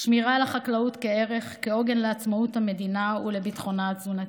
ולשמירה על החקלאות כערך וכעוגן לעצמאות המדינה ולביטחונה התזונתי.